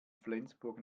flensburg